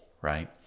right